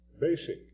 basic